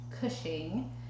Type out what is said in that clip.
cushing